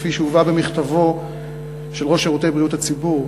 כפי שהובאה במכתבו של ראש שירותי בריאות הציבור,